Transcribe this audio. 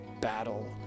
battle